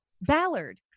Ballard